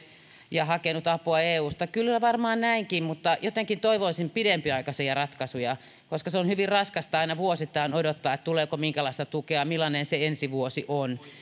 ja hakenut apua eusta kyllä varmaan näinkin mutta jotenkin toivoisin pidempiaikaisia ratkaisuja koska se on hyvin raskasta aina vuosittain odottaa tuleeko minkälaista tukea ja millainen se ensi vuosi on